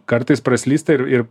kartais praslysta ir ir